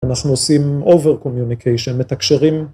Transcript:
אנחנו עושים over communication, מתקשרים.